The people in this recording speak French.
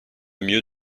mieux